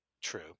true